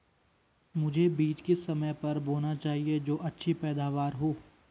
मुझे बीज किस समय पर बोना चाहिए जो अच्छी पैदावार हो?